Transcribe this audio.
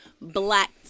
black